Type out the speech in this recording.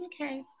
Okay